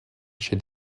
chez